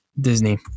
Disney